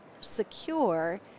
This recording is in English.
secure